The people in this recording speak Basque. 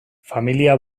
familia